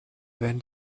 werden